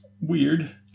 weird